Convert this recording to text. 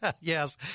Yes